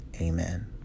Amen